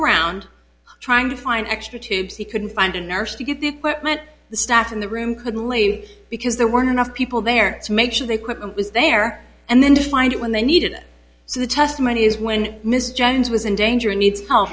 around trying to find extra tubes he couldn't find a nurse to get the equipment the staff in the room couldn't lady because there weren't enough people there to make sure they quit was there and then to find it when they needed it so the testimony is when mrs jones was in danger and needs help